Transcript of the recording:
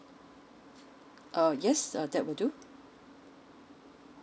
uh yes uh that will do